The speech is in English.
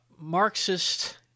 Marxist